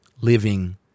living